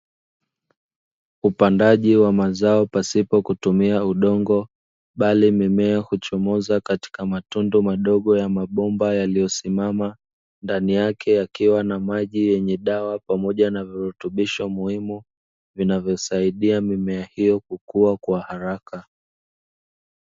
Upandaji wa mazao pasipo kutumia udongo, bali mimea huchomoza katika matundu madogo ya mabomba yaliyosimama, ndani yake yakiwa na maji yenye dawa na virutubisho muhimu, vinavyosaidia mimea hiyo kukua kwa haraka.